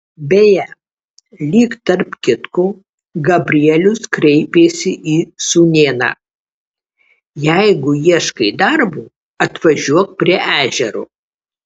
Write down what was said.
beje lyg tarp kitko gabrielius kreipėsi į sūnėną jeigu ieškai darbo atvažiuok prie ežero